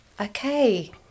Okay